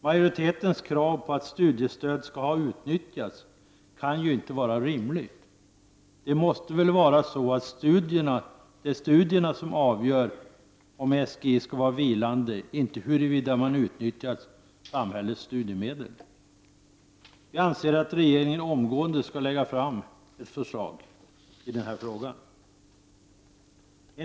Majoritetens krav på att studiestöd skall ha utnyttjats kan inte vara rimligt. Det måste vara studierna som avgör om SGI skall vara vilande, inte huruvida man utnyttjat samhällets studiemedel. Vi anser att regeringen omgående bör lägga fram ett förslag i den riktningen.